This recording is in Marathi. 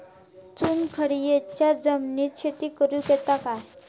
चुनखडीयेच्या जमिनीत शेती करुक येता काय?